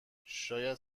شاید